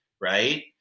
right